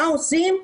מה עושים?